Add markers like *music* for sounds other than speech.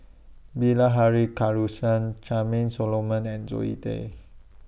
Bilahari *unintelligible* Charmaine Solomon and Zoe Tay